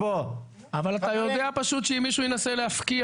--- אבל אתה יודע פשוט שאם מישהו ינסה להפקיע